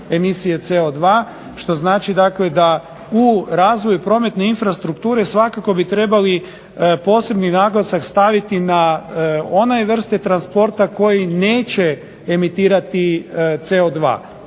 emisije CO2. Što znači dakle da u razvoju prometne infrastrukture svakako bi trebali posebni naglasak staviti na one vrste transporta koji neće emitirati CO2.